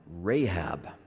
Rahab